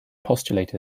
postulated